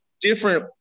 different